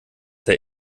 der